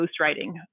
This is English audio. ghostwriting